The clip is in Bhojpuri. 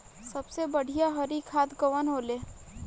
सबसे बढ़िया हरी खाद कवन होले?